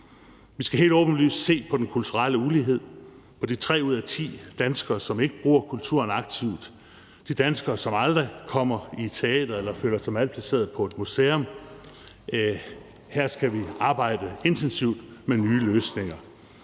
Vi skal helt åbenlyst se på den kulturelle ulighed for de tre ud af ti danskere, som ikke bruger kulturen aktivt, de danskere, som aldrig kommer i et teater, eller som føler sig malplaceret på et museum. Her skal vi arbejde intensivt med nye løsninger.